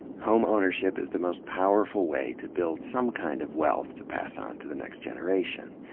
home ownership is the most powerful way to build some kind of wealth to pass on to the next generation.